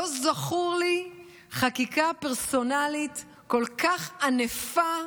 לא זכורה לי חקיקה פרסונלית כל כך ענפה,